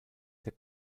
der